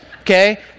okay